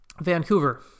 Vancouver